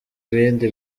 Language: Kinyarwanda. ibindi